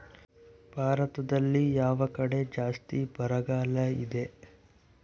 ಭಾರತದಲ್ಲಿ ಯಾವ ಕಡೆ ಜಾಸ್ತಿ ಬರಗಾಲ ಇದೆ?